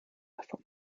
davon